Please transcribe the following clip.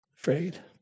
afraid